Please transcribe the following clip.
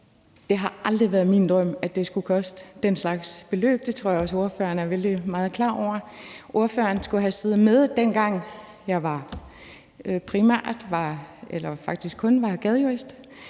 Det har aldrig været min drøm, at det skulle koste den slags beløb. Det tror jeg også at ordføreren er vældig meget klar over. Ordføreren skulle have siddet med, dengang jeg primært var eller faktisk kun var gadejurist,